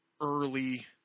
early